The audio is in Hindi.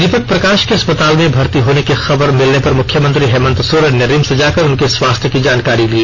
दीपक प्रकाष के अस्पताल में भर्ती होने की खबर मिलने पर मुख्यमंत्री हेमंत सोरेन ने रिम्स जाकर उनके स्वास्थ्य की जानकारी ली